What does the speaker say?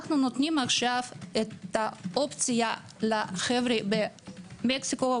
אנו נותנים עכשיו את האפשרות לחבר'ה במקסיקו,